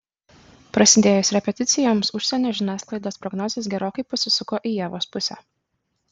prasidėjus repeticijoms užsienio žiniasklaidos prognozės gerokai pasisuko į ievos pusę